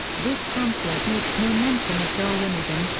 this pamphlet makes no mention of darwinism,